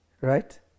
right